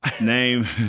Name